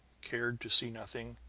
cared to see nothing,